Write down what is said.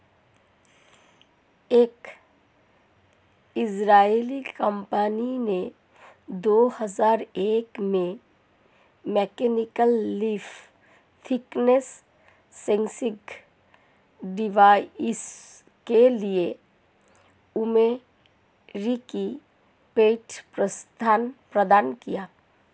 एक इजरायली कंपनी ने दो हजार एक में mechanical leaf thickness sensing device के लिए अमेरिकी पेटेंट प्रदान किया